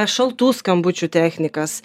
šaltų skambučių technikas